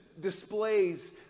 displays